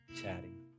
chatting